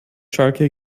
schalke